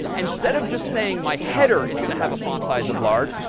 instead of just saying my header is going to have a font size of large,